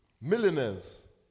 millionaires